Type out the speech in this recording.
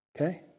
Okay